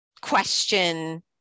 question